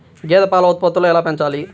గేదె పాల ఉత్పత్తులు ఎలా పెంచాలి?